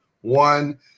one